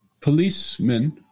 Policemen